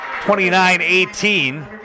29-18